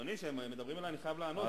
אדוני, כשהם מדברים אלי אני חייב לענות.